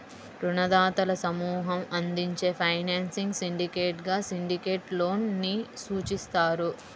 రుణదాతల సమూహం అందించే ఫైనాన్సింగ్ సిండికేట్గా సిండికేట్ లోన్ ని సూచిస్తారు